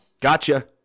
Gotcha